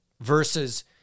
versus